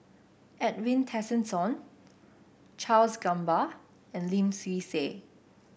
Edwin Tessensohn Charles Gamba and Lim Swee Say